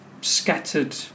scattered